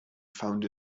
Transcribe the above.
found